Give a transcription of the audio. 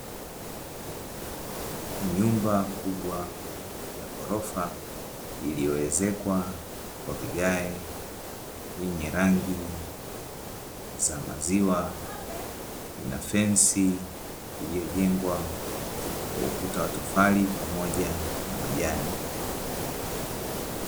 Nyumba kubwa ya ghorofa iliyoezekwa kwa vigae yenye rangi za maziwa ina fensi, iliyojengwa kwa ukuta wa tofali pamoja na majani.